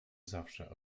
zawsze